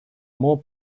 more